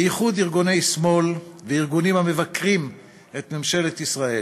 בייחוד ארגוני שמאל וארגונים המבקרים את ממשלת ישראל.